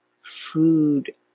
food